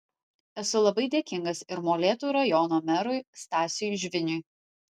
esu labai dėkingas ir molėtų rajono merui stasiui žviniui